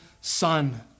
son